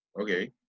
Okay